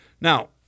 Now